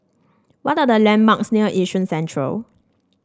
what are the landmarks near Yishun Central